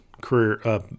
career